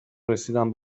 رسیدم